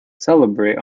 celebrate